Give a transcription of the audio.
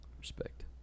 respect